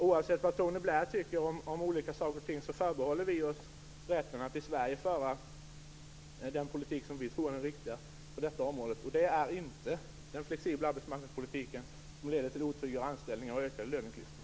Oavsett vad Tony Blair tycker om saker och ting förbehåller vi oss rätten att i Sverige föra den politik som vi tror är den riktiga på detta område. Det är då inte fråga om denna flexibla arbetsmarknadspolitik, som leder till otryggare anställningar och ökade löneklyftor.